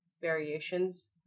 variations